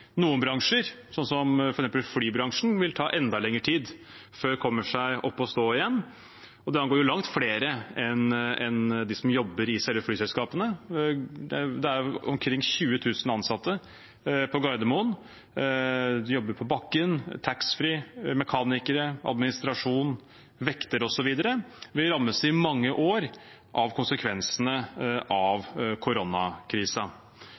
noen bransjer, som f.eks. flybransjen, vil det ta enda lenger tid før de kommer seg opp å stå igjen, og det angår jo langt flere enn de som jobber i selve flyselskapene. Det er omkring 20 000 ansatte på Gardermoen som jobber på bakken – taxfree, mekanikere, administrasjon, vektere osv. – som vil rammes i mange år av konsekvensene av